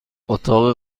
اتاق